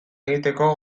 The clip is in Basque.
egiteko